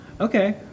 Okay